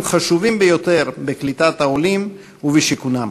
חשובים ביותר בקליטת העולים ובשיכונם.